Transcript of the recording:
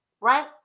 right